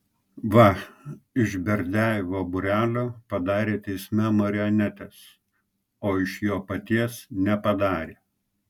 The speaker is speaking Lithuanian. va iš berdiajevo būrelio padarė teisme marionetes o iš jo paties nepadarė